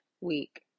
week